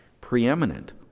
preeminent